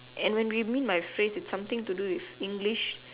and when we meant by phrase it something to do with English